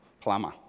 plumber